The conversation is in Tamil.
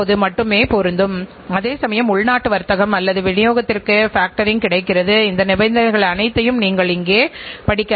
உதாரணமாக அரை மணிநேரத்தில் நீங்கள் குறைந்தபட்சம் 15 நபர்களிடமிருந்து சேவைக் கட்டணங்களை சேகரிக்க வேண்டும்